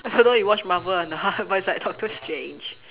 I don't know if you watch Marvel or not but it's like doctor strange